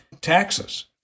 taxes